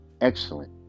excellent